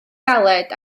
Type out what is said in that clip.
galed